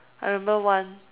I remember one